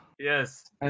Yes